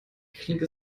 klingt